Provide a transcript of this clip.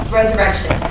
resurrection